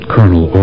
Colonel